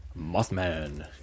Mothman